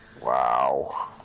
Wow